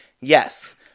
Yes